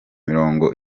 mirongo